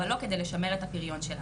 אבל לא כדי לשמר את הפריון שלה.